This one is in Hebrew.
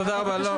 תודה לכם.